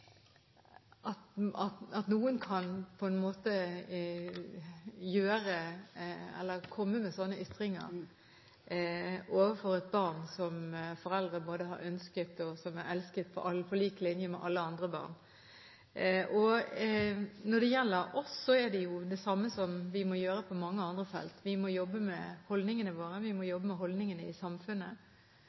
at noen kan komme med slike ytringer overfor et barn som foreldre har ønsket, og som er elsket på lik linje med alle andre barn. Når det gjelder oss, må vi gjøre det samme som på mange andre felt – vi må jobbe med holdningene våre, og vi må jobbe med holdningene i samfunnet.